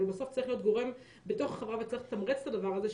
אבל בסוף צריך להיות גורם בתוך החברה וצריך לתמרץ את הדבר הזה,